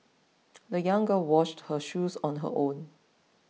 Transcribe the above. the young girl washed her shoes on her own